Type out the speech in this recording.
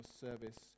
service